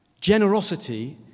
Generosity